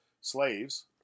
slaves